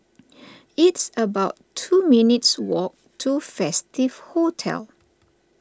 it's about two minutes' walk to Festive Hotel